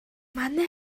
манай